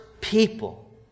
people